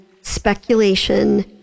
speculation